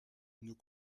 nous